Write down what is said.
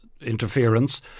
interference